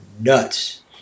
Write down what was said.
nuts